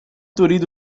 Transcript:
تريد